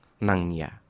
nangya